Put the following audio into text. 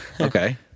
Okay